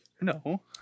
No